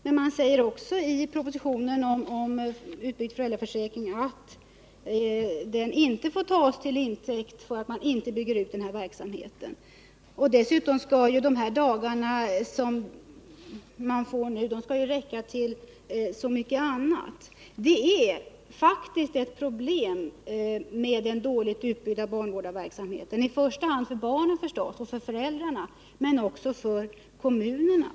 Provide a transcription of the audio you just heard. Men i propositionen sägs också att detta inte får tas till intäkt för att barnvårdarverksamheten inte byggs ut. Dessutom skall de dagar som man nu får räcka till så mycket annat. Den dåligt utbyggda barnvårdarverksamheten är faktiskt ett problem, i första hand för barnen och föräldrarna men också för kommunerna.